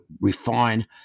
refine